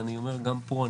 ואני אומר גם פה,